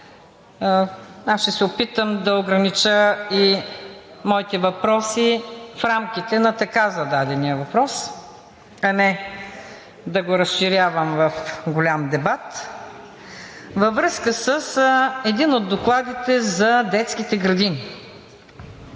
аз ще се опитам да огранича и моите въпроси в рамките на така зададения въпрос, а не да го разширявам в голям дебат, във връзка с един от докладите за детските градини.